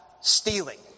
stealing